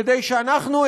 כדי שאנחנו,